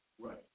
Right